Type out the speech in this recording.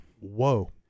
Whoa